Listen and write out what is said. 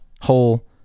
whole